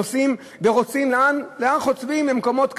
נוסעים להר-חוצבים וממקומות כאלה,